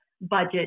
budget